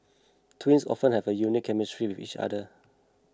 twins often have a unique chemistry with each other